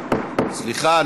סליחה,